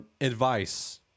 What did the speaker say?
advice